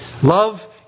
Love